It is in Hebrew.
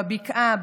בבקעה,